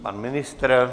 Pan ministr?